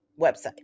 website